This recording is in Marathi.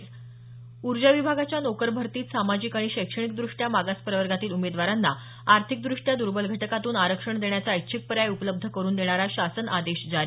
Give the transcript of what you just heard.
स ऊर्जा विभागाच्या नोकर भरतीत सामाजिक आणि शैक्षणिकदृष्ट्या मागास प्रवर्गातील उमेदवारांना आर्थिकदृष्ट्या दुर्बल घटकांतून आरक्षण देण्याचा ऐच्छिक पर्याय उपलब्ध करून देणारा शासन आदेश जारी